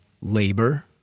labor